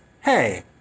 hey